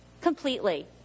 completely